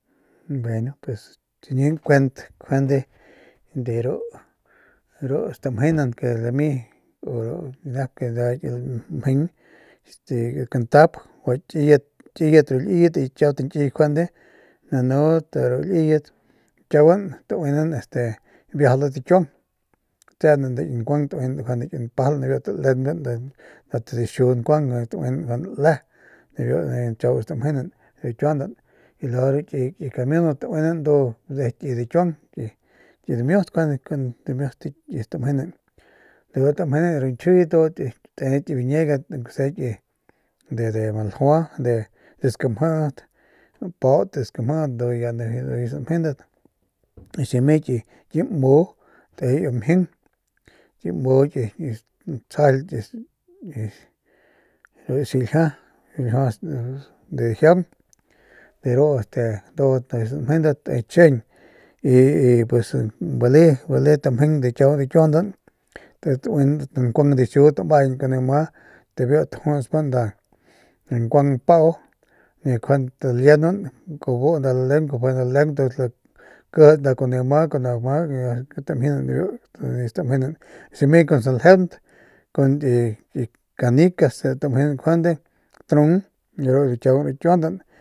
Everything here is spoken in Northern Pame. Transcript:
Bueno pues chini nkuent njuende de ru ru stamjinan ke lami ru nep ke nda lamjeng este biu kantap gua kiyet liyet y kiau tañkiy njuande nanudat ru liyet kiaguan tauinan este biajalat akiuang tatseenan nda ki nkuang tauinan njuande nda ki npajal nibiu talemban nda t dixiu nkuang nijiy tauinan nda le nibiu nijiy kiaguan stamjinan ru kiuanan y de ru ki kimiunat tauinan nda ki de kiuang ki dimiut dimiut ki stamjenan de ru tamjenan y de ru ñjiuyet ndudat te ki biñigat aunke se ki de de baljua de skamjit paut de skamjit de ru ndujuy ya samjenat si me ki m mu te ki mjing ki mu tsjajal ki ru xiljia de jiaung de ru este todo te samjenat te chjijiñ y y pue bale tamjeng kiaguan de kiundan tauinan nda nkuang dixu ta ma añan kuniu ma de biu tajusban nda nkuang mpau y njuande talienan kubu nda laleungkapje nda laleung ntuns lakijits kuniu ma nda kubu ama bijiy tamjinan de ru ndujuy kiaguan stamjinan si kun saljeunt kun ki canicas tamjinan njuande trung de ru ndujuy kiaguan kiundan.